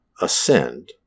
ascend